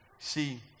See